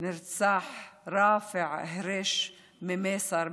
נרצח ראפע הרשה ממיסר,